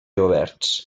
oberts